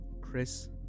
Chris